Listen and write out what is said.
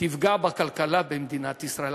תפגע בכלכלה במדינת ישראל.